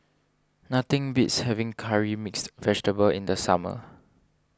nothing beats having Curry Mixed Vegetable in the summer